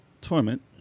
Torment